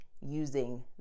using